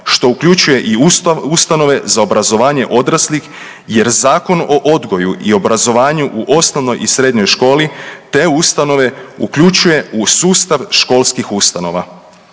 što uključuje i ustanove za obrazovanje odraslih jer Zakon o odgoju i obrazovanju u osnovnoj i srednjoj školi te ustanove uključuje u sustav školskih ustanova.